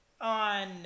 on